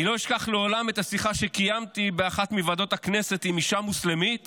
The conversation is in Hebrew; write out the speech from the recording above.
אני לא אשכח לעולם את השיחה שקיימתי באחת מוועדות הכנסת עם אישה מוסלמית